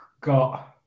got